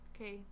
Okay